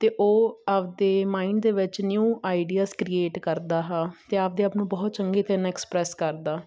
ਤੇ ਉਹ ਆਪਦੇ ਮਾਇੰਡ ਦੇ ਵਿੱਚ ਨਿਊ ਆਈਡੀਆਜ਼ ਕ੍ਰੀਏਟ ਕਰਦਾ ਹਾ ਤੇ ਆਪਦੇ ਆਪ ਨੂੰ ਬਹੁਤ ਚੰਗੇ ਤਰ੍ਹਾਂ ਨਾਲ ਐਕਸਪ੍ਰੈਸ ਕਰਦਾ